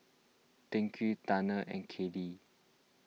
Tyquan Tanner and Kaylee